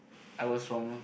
I was from a